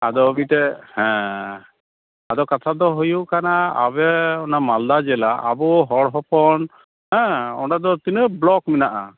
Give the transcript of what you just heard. ᱟᱫᱚ ᱢᱤᱫᱴᱮᱱ ᱦᱮᱸ ᱟᱫᱚ ᱠᱟᱛᱷᱟ ᱫᱚ ᱦᱩᱭᱩᱜ ᱠᱟᱱᱟ ᱟᱯᱮ ᱚᱱᱟ ᱢᱟᱞᱫᱟ ᱡᱮᱞᱟ ᱟᱵᱚ ᱦᱚᱲ ᱦᱚᱯᱚᱱ ᱦᱮᱸ ᱚᱸᱰᱮ ᱫᱚ ᱛᱤᱱᱟᱹᱜ ᱵᱚᱞᱚᱠ ᱢᱮᱱᱟᱜᱼᱟ